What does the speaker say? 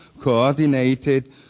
coordinated